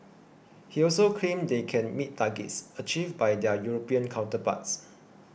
he also claimed they can meet targets achieved by their European counterparts